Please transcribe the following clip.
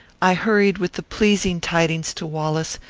i hurried with the pleasing tidings to wallace,